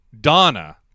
donna